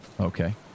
Okay